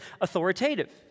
authoritative